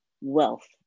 wealth